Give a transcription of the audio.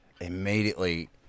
immediately